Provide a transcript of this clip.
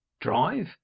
Drive